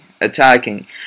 attacking